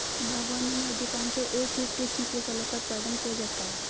बागवानी में अधिकांशतः एक ही किस्म के फलों का उत्पादन किया जाता है